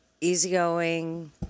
easygoing